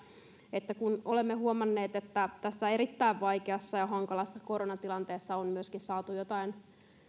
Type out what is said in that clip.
että kun olemme huomanneet että tässä erittäin vaikeassa ja hankalassa koronatilanteessa on saatu myöskin joitain